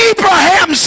Abraham